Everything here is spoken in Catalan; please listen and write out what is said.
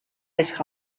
les